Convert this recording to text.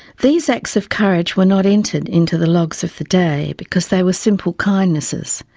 these acts of courage were not entered into the logs of the day because they were simple kindnesses.